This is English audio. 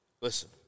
Listen